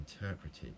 interpreted